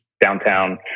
downtown